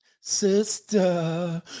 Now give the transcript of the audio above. Sister